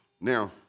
Now